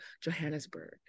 Johannesburg